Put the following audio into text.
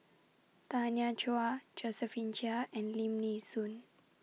Tanya Chua Josephine Chia and Lim Nee Soon